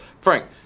Frank